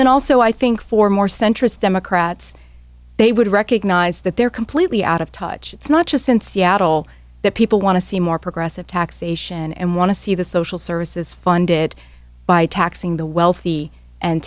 then also i think for more centrist democrats they would recognize that they're completely out of touch it's not just in seattle that people want to see more progressive taxation and want to see the social services funded by taxing the wealthy and